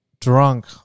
drunk